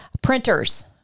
Printers